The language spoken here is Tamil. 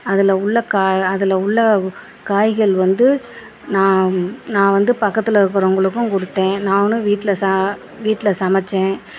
அதில் உள்ள கா அதில் உள்ள காய்கள் வந்து நான் நான் வந்து பக்கத்தில் இருக்கிறவங்களுக்கு கொடுத்தேன் நான் வந்து வீட்டில் ச வீட்டில் சமைச்சேன்